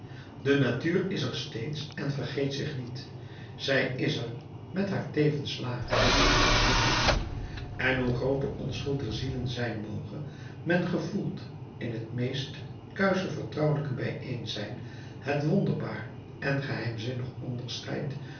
de natuur is er steeds en vergeet zich niet zij is er met haar tevens laag en verheven doel en hoe groot de onschuld der zielen zijn moge men gevoelt in het meest kuische vertrouwelijk bijeenzijn het wonderbaar en geheimzinnig onderscheid